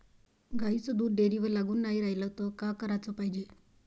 गाईचं दूध डेअरीवर लागून नाई रायलं त का कराच पायजे?